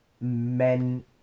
men